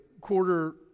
quarter